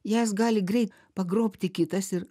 jas gali greit pagrobti kitas ir